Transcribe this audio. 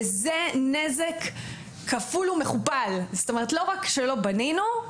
זהו נזק כפול ומכופל לא רק שלא בנינו,